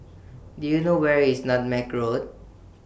Do YOU know Where IS Nutmeg Road